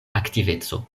aktiveco